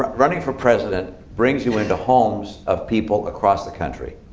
um running for president brings you into homes of people across the country.